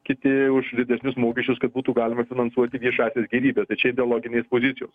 kiti už didesnius mokesčius kad būtų galima finansuoti viešąsias gėrybes tai čia ideologinės pozicijos